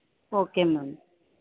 okay ma'am